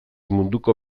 munduko